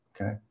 okay